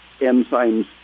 enzymes